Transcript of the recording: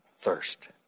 thirst